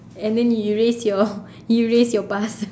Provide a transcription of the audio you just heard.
and then you erase your you erase your past